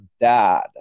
dad